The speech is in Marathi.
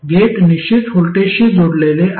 गेट निश्चित व्होल्टेजशी जोडलेले आहे